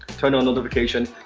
turn on notifications.